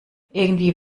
irgendwie